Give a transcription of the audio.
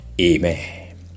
Amen